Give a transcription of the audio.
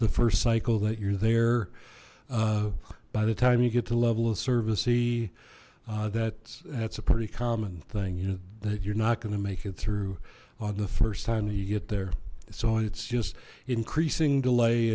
the first cycle that you're there by the time you get to level of service e that that's a pretty common thing you know that you're not going to make it through on the first time that you get there so it's just increasing delay